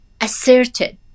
asserted